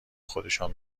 خودشان